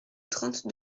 trente